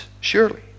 Surely